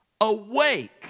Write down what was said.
Awake